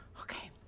Okay